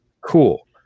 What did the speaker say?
cool